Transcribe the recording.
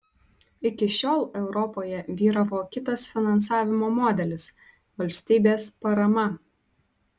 iki šiol europoje vyravo kitas finansavimo modelis valstybės parama